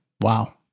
Wow